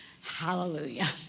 Hallelujah